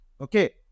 okay